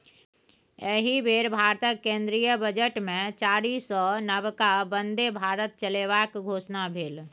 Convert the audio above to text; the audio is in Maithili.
एहि बेर भारतक केंद्रीय बजटमे चारिसौ नबका बन्दे भारत चलेबाक घोषणा भेल